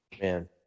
Man